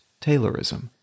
Taylorism